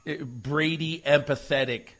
Brady-empathetic